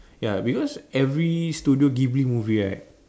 ya because every studio Ghibli movie right